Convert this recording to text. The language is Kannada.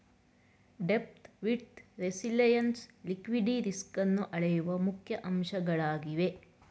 ಡೆಪ್ತ್, ವಿಡ್ತ್, ರೆಸಿಲೆಎನ್ಸ್ ಲಿಕ್ವಿಡಿ ರಿಸ್ಕನ್ನು ಅಳೆಯುವ ಮುಖ್ಯ ಅಂಶಗಳಾಗಿವೆ